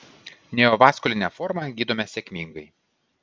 neovaskulinę formą gydome sėkmingai